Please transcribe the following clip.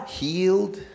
healed